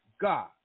God